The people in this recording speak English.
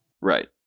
Right